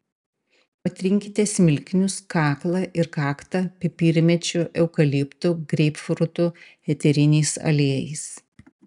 patrinkite smilkinius kaklą ir kaktą pipirmėčių eukaliptų greipfrutų eteriniais aliejais